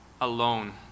alone